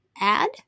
add